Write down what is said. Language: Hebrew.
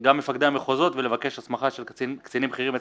גם מפקדי המחוזות ולבקש הסמכה של קצינים בכירים אצלם.